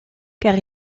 car